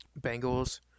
Bengals